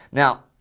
now,